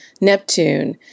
Neptune